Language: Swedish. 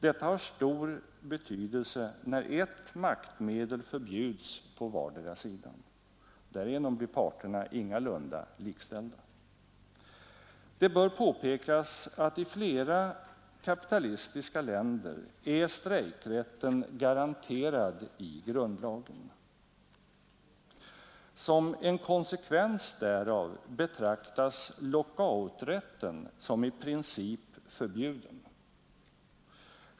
Detta har stor betydelse när ett maktmedel förbjuds på vardera sidan. Därigenom blir parterna ingalunda likställda. Det bör påpekas att i flera kapitalistiska länder är strejkrätten garanterad i grundlagen. Som en konsekvens därav betraktas lockouträtten som i princip förbjuden.